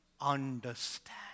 understand